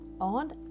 on